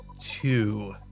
two